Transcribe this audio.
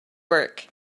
work